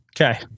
Okay